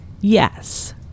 Yes